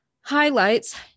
Highlights